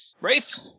Wraith